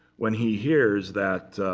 when he hears that